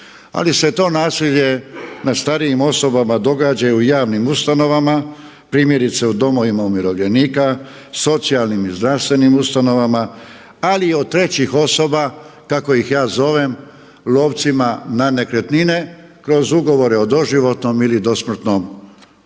ali se to nasilje nad starijim osobama događa i u javnim ustavama primjerice u domovima umirovljenika, socijalnim i zdravstvenim ustanovama ali i od trećih osoba kako ih ja zovem lovcima na nekretnine kroz ugovore o doživotnom ili dosmrtnom uzdržavanju.